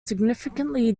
significantly